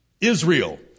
Israel